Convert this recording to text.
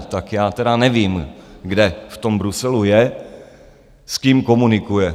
Tak já tedy nevím, kde v tom Bruselu je, s kým komunikuje?